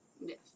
Yes